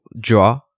draw